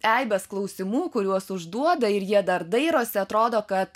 eibes klausimų kuriuos užduoda ir jie dar dairosi atrodo kad